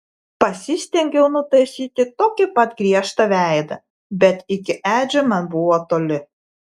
pasistengiau nutaisyti tokį pat griežtą veidą bet iki edžio man buvo toli